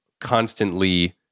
constantly